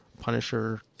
Punisher